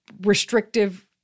restrictive